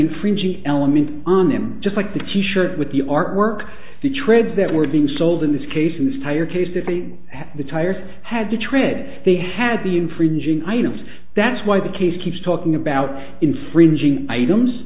infringing element on them just like the t shirt with the artwork the tread that were being sold in this case in this tire case that they had the tires had to tread they had the infringing items that's why the case keeps talking about infringing items